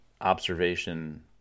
observation